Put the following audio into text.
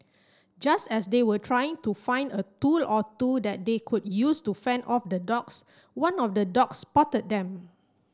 just as they were trying to find a tool or two that they could use to fend off the dogs one of the dogs spotted them